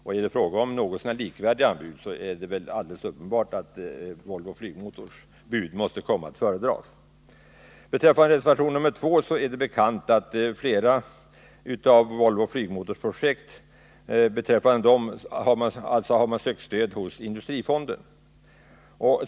Är det fråga om något så när likvärdiga anbud, är det väl alldeles uppenbart att Volvo Flygmotors bud måste komma att föredras. Beträffande reservation 2 är det bekant att Volvo Flygmotor har sökt stöd hos industrifonden för flera av sina projekt.